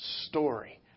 story